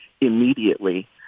immediately